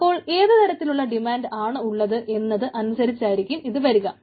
അപ്പോൾ ഏതുതരത്തിലുള്ള ഡിമാൻഡ് ആണ് ഉള്ളത് എന്നത് അനുസരിച്ചായിരിക്കും ഇതു വരിക